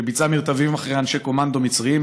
ביצעה מרדפים אחרי אנשי קומנדו מצרים.